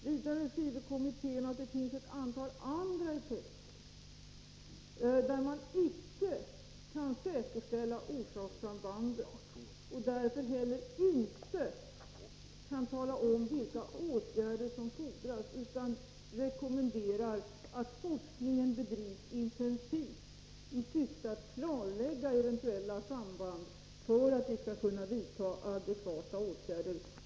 Vidare skriver kommittén att det finns ett antal andra effekter, där man icke kan säkerställa orsakssambandet och därför inte heller kan tala om vilka åtgärder som fordras. Man rekommenderar därför att forskningen bedrivs intensivt i syfte att klarlägga eventuella samband för att vi skall kunna vidta adekvata åtgärder.